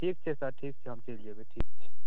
ठीक छै सर ठीक छै हम चलि जेबै ठीक छै